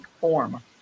form